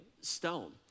stone